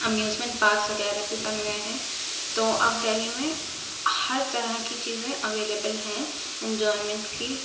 amusement parks وغیرہ بھی بن گئے ہیں تو اب ڈہلی میں ہر طرح کی چیزیں اویلیبل ہیں انجوائمینٹ کی